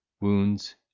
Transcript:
Wounds